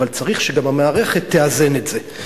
אבל צריך שגם המערכת תאזן את זה.